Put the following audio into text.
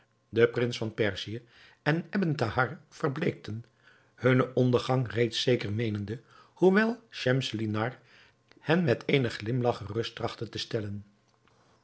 de prins van perzië en ebn thahar verbleekten hunnen ondergang reeds zeker meenende hoewel schemselnihar hen met eenen glimlach gerust trachtte te stellen